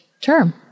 term